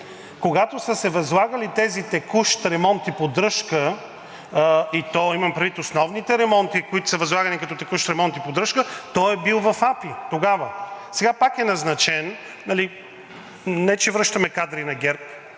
Когато са се възлагали тези текущ ремонт и поддръжка, и то имам предвид основните ремонти, които са възлагани като текущ ремонт и поддръжка, той е бил в АПИ, тогава. Сега пак е назначен – не че връщаме кадри на ГЕРБ,